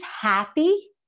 happy